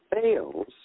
fails